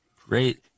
Great